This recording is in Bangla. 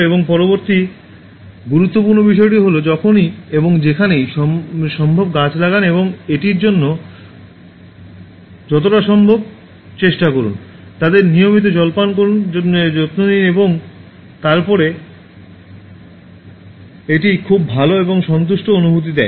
এবং পরবর্তী গুরুত্বপূর্ণ বিষয়টি হল যখনই এবং যেখানেই সম্ভব গাছ লাগান এবং এটির জন্য কতটা সম্ভব এটি চেষ্টা করুন তাদের নিয়মিত জল পান করুন যত্ন নিন এবং তারপরে এটি একটি খুব ভাল এবং সন্তুষ্ট অনুভূতি দেয়